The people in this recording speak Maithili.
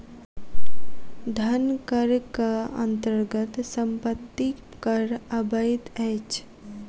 धन करक अन्तर्गत सम्पत्ति कर अबैत अछि